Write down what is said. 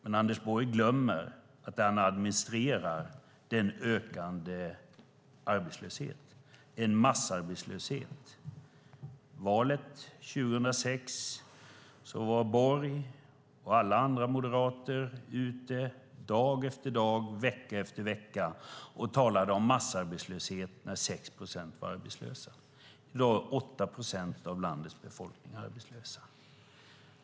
Men Anders Borg glömmer att det han administrerar är en ökande arbetslöshet, en massarbetslöshet. Inför valet 2006 var Borg och alla andra moderater ute dag efter dag, vecka efter vecka och talade om massarbetslöshet, när 6 procent var arbetslösa. I dag är 8 procent av landets befolkning arbetslösa.